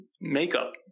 makeup